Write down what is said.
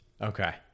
Okay